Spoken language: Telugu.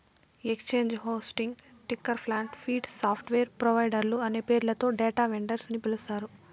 exchange hosting, ticker plant, feed, software ప్రొవైడర్లు అనే పేర్లతో డేటా వెండర్స్ ని పిలుస్తారు